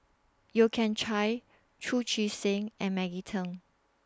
Yeo Kian Chye Chu Chee Seng and Maggie Teng